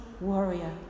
warrior